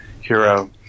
hero